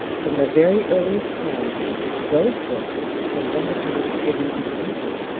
from the very earliest times those books, so wonderfully given to the people,